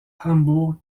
hambourg